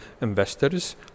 investors